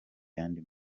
yandi